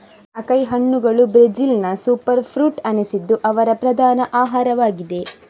acai ಹಣ್ಣುಗಳು Brazilian super fruit ಅನಿಸಿದ್ದು ಅವರ ಪ್ರಧಾನ ಆಹಾರವಾಗಿದೆ